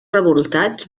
revoltats